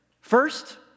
First